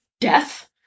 death